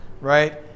Right